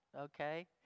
Okay